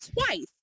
twice